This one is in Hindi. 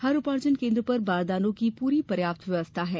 हर उपार्जन केन्द्र पर बारदानों की पूरी व्यवस्था है